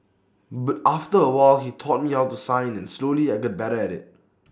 but after A while he taught me how to sign and slowly I got better at IT